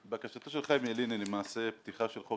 בקשתו של חיים ילין היא למעשה פתיחה של חוק